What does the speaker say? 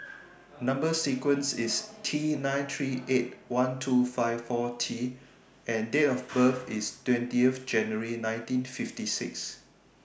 Number sequence IS T nine three eight one two five four T and Date of birth IS twentieth January nineteen fifty six